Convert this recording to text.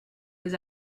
les